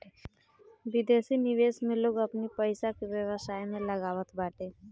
विदेशी निवेश में लोग अपनी पईसा के व्यवसाय में लगावत बाटे